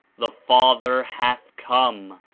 the father hath come,